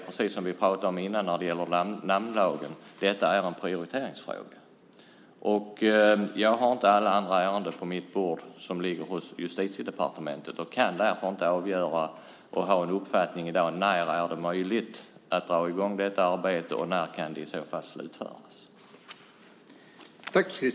Precis som vi sade om namnlagen tidigare är detta en prioriteringsfråga. Jag har inte på mitt bord alla ärenden som ligger hos Justitiedepartementet och kan därför inte ha någon uppfattning om när det är möjligt att dra i gång detta arbete och när det kan slutföras.